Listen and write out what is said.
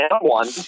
one